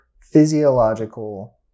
physiological